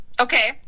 Okay